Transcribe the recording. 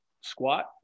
squat